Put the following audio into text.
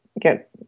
get